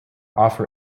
offer